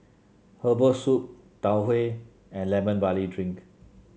Herbal Soup Tau Huay and Lemon Barley Drink